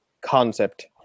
concept